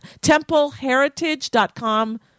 templeheritage.com